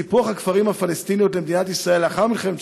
סיפוח הכפרים הפלסטיניים למדינת ישראל לאחר מלחמת